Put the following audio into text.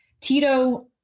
Tito